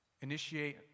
initiate